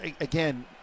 again